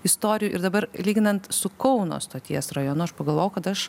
istorijų ir dabar lyginant su kauno stoties rajonu aš pagalvojau kad aš